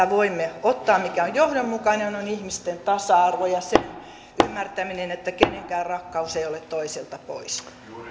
voimme ottaa mikä on johdonmukainen on ihmisten tasa arvo ja sen ymmärtäminen että kenenkään rakkaus ei ole toiselta pois